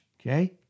Okay